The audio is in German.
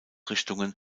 richtungen